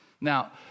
Now